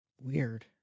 weird